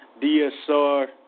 DSR